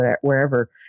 wherever